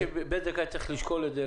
שבזק היה צריך לשקול את זה,